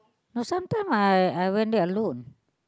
no sometime I I went there alone